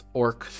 orc